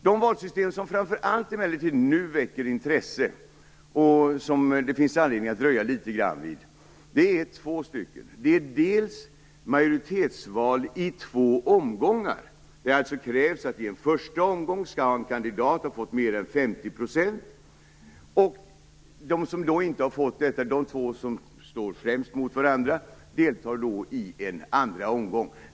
De valsystem som emellertid nu framför allt väcker intresse och som det finns anledning att dröja litet grand vid är två till antalet. Det gäller dels majoritetsval i två omgångar, där det krävs att antingen i en första omgång en kandidat skall få mer än 50 % eller att, om någon inte har fått detta, de två som främst står mot varandra deltar i en andra omgång.